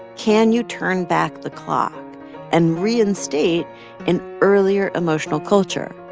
can you turn back the clock and reinstate an earlier emotional culture?